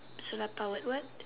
solar powered what